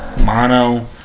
mono